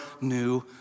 new